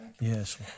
Yes